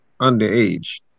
underage